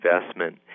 investment